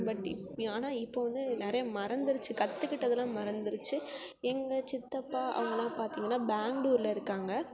but ஆனால் இப்போது வந்து நிறையா மறந்துதிருச்சு கற்றுக்கிட்டதலாம் மறந்திருச்சு எங்கள் சித்தப்பா அவங்களாம் பார்த்திங்கனா பெங்களூர்ல இருக்காங்க